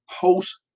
post